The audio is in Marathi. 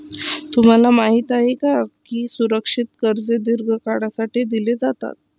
तुम्हाला माहित आहे का की सुरक्षित कर्जे दीर्घ काळासाठी दिली जातात?